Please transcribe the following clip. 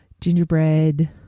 gingerbread